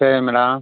சரி மேடம்